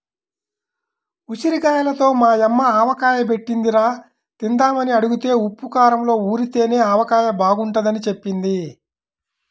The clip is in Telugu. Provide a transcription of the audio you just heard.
ఉసిరిగాయలతో మా యమ్మ ఆవకాయ బెట్టిందిరా, తిందామని అడిగితే ఉప్పూ కారంలో ఊరితేనే ఆవకాయ బాగుంటదని జెప్పింది